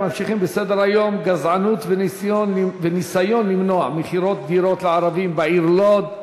ממשיכים בסדר-היום: גזענות וניסיון למנוע מכירת דירות לערבים בעיר לוד,